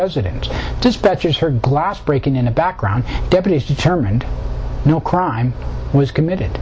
residence dispatchers her glass breaking in a background deputies determined no crime was committed